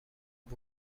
بود